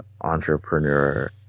entrepreneur